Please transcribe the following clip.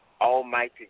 almighty